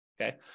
okay